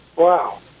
Wow